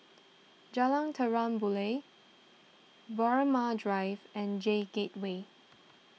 Jalan Terang Bulan Braemar Drive and J Gateway